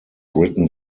written